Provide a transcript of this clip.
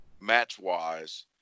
match-wise